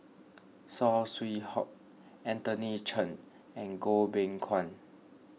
Saw Swee Hock Anthony Chen and Goh Beng Kwan